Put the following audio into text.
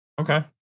Okay